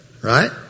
Right